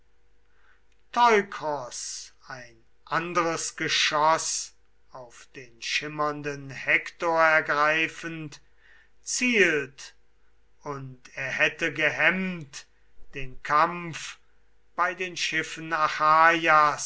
ein andres geschoß auf den schimmernden hektor ergreifend zielt und er hätte gehemmt den kampf bei den schiffen